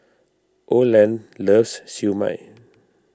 Oland loves Siew Mai